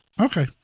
Okay